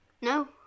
No